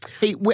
Hey